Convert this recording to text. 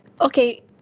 okay